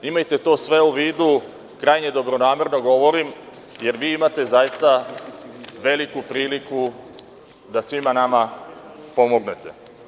Imajte to sve u vidu, krajnje dobronamerno govorim, jer vi imate zaista veliku priliku da svima nama pomognete.